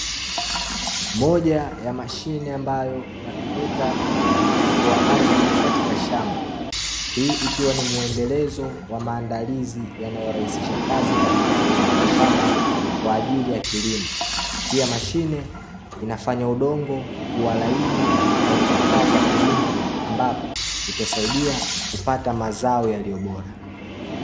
Moja ya mashine ambayo inatumika kutifua ardhi katika shamba, hii ikiwa ni muendelezo wa maandalizi yanayorahisisha kazi katika kuliandaa shamba kwa ajili ya kilimo. Pia mashine inafanya udongo kuwa laini na unaofaa kwa kilimo, ambapo, itasaidia kupata mazao yaliyo bora.